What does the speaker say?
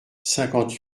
cinquante